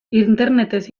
internetez